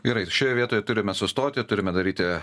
gerai šioje vietoje turime sustoti turime daryti